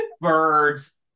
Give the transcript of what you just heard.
birds